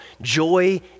Joy